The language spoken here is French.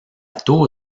tour